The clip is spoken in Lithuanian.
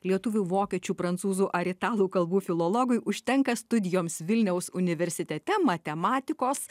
lietuvių vokiečių prancūzų ar italų kalbų filologui užtenka studijoms vilniaus universitete matematikos